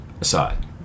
aside